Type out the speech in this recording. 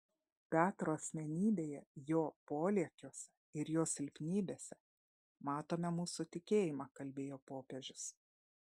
petro asmenybėje jo polėkiuose ir jo silpnybėse matome mūsų tikėjimą kalbėjo popiežius